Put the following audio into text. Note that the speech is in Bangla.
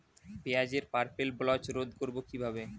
পেঁয়াজের পার্পেল ব্লচ রোধ করবো কিভাবে?